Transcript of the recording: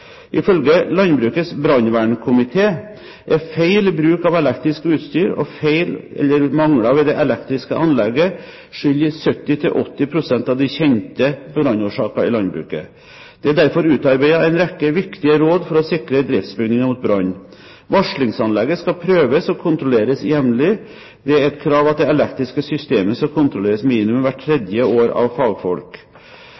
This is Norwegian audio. Ifølge Landbrukets brannvernkomité er feil bruk av elektrisk utstyr og feil eller mangler ved det elektriske anlegget skyld i 70–80 pst. av de kjente brannårsaker i landbruket. Det er derfor utarbeidet en rekke viktige råd for å sikre driftsbygninger mot brann. Varslingsanlegget skal prøves og kontrolleres jevnlig. Det er et krav at det elektriske systemet skal kontrolleres minimum hvert